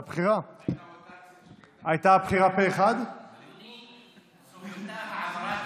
יושב-ראש מרכז ישיבות ואולפנות בני עקיבא ולשעבר ראש מערך הגיור.